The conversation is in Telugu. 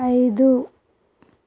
ఐదు